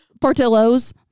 Portillo's